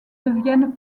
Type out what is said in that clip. deviennent